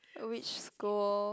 oh which school